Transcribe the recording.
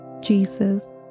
Jesus